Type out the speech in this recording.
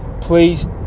Please